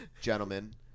gentlemen